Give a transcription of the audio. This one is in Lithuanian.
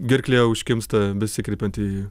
gerklė užkimsta besikreipiant į